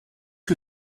que